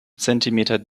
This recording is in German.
zentimeter